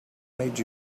made